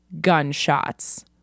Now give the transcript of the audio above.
gunshots